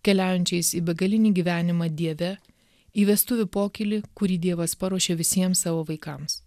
keliaujančiais į begalinį gyvenimą dieve į vestuvių pokylį kurį dievas paruošė visiem savo vaikams